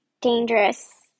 dangerous